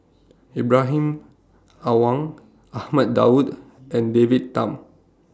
Ibrahim Awang Ahmad Daud and David Tham